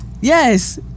Yes